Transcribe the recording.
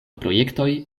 projektoj